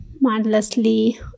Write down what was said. mindlessly